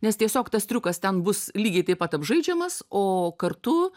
nes tiesiog tas triukas ten bus lygiai taip pat apžaidžiamas o kartu